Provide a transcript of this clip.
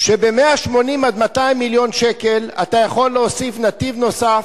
שב-180 200 מיליון שקל אתה יכול להוסיף נתיב נוסף,